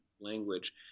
language